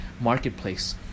marketplace